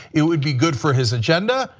it would be good for his agenda,